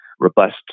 robust